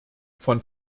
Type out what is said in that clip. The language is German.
von